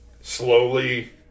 slowly